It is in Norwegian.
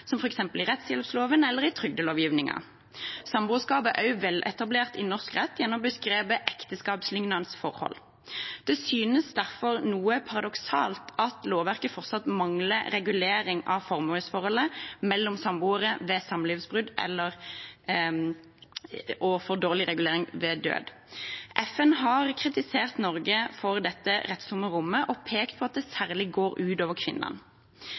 som f.eks. i rettshjelploven eller i trygdelovgivningen. Samboerskap er også veletablert i norsk rett gjennom begrepet «ekteskapslignende forhold». Det synes derfor noe paradoksalt at lovverket fortsatt mangler regulering av formuesforholdet mellom samboere ved samlivsbrudd, og at det er for dårlig regulering ved død. FN har kritisert Norge for dette rettstomme rommet og pekt på at det særlig går ut over kvinnene.